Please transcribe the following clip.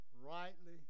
rightly